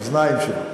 האוזניים שלו.